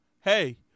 hey